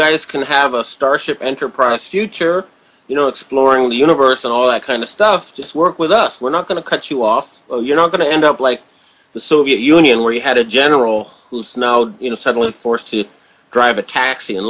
guys can have a starship enterprise future you know exploring the universe and all that kind of stuff just work with us we're not going to cut you off you're not going to end up like the soviet union where you had a general who's now you know suddenly forced to drive a taxi in